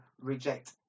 reject